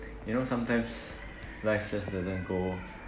you know sometimes life just doesn't go